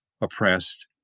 oppressed